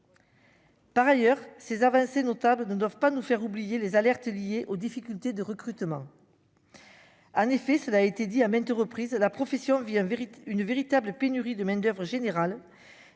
Par ailleurs, ces avancées notables ne doivent pas nous faire oublier les alertes liées aux difficultés de recrutement, en effet, cela a été dit à maintes reprises la profession vient une véritable pénurie de main-d'oeuvre général,